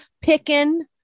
picking